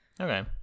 Okay